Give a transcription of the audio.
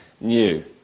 new